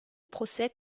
procès